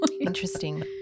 Interesting